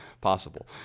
possible